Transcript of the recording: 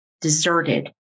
deserted